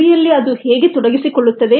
ಪ್ರಕ್ರಿಯೆಯಲ್ಲಿ ಅದು ಹೇಗೆ ತೊಡಗಿಸಿಕೊಳ್ಳುತ್ತದೆ